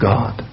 God